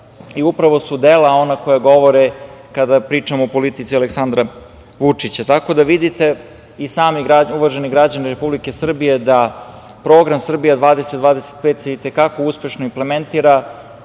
Upravo su dela ona koja govore kada pričamo o politici Aleksandra Vučića. Tako da, vidite i sami uvaženi građani Republike Srbije da program „Srbija 2025“ se i te kako uspešno implementira,